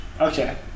Okay